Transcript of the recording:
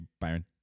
Byron